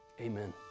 Amen